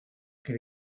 què